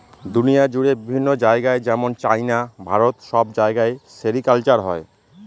দুনিয়া জুড়ে বিভিন্ন জায়গায় যেমন চাইনা, ভারত সব জায়গায় সেরিকালচার হয়